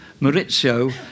Maurizio